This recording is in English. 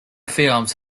films